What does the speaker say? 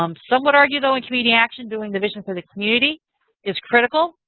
um some would argue though in community action doing the vision for the community is critical.